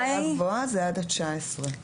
אם יש חשש שההורים לא יבדקו,